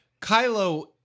Kylo